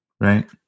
right